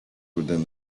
within